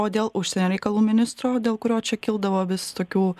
o dėl užsienio reikalų ministro dėl kurio čia kildavo vis tokių